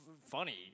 funny